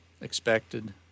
expected